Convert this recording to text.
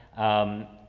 um,